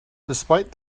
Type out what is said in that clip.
despite